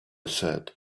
said